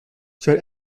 sir